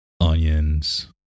onions